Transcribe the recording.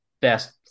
best